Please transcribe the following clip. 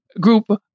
group